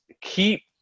keep –